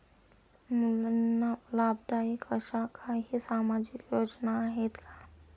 मुलींना लाभदायक अशा काही सामाजिक योजना आहेत का?